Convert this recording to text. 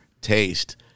taste